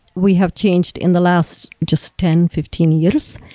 we have changed in the last just ten fifteen years.